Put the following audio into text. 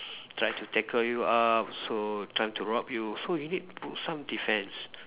trying to tackle you up so trying to rob you so you need some defense